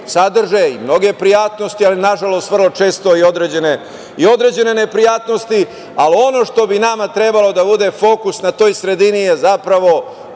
sadrže i mnoge prijatnosti, ali, nažalost, vrlo često i određene neprijatnosti. Ali, ono što bi nama trebalo da bude fokus na toj sredini je zapravo